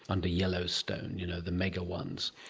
under yellowstone, you know, the mega ones.